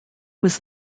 was